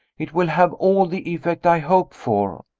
it will have all the effect i hope for.